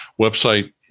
website